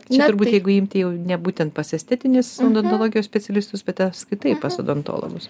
čia turbūt jeigu imti jau ne būtent pas estetinius odontologijos specialistus bet apskritai pas odontologus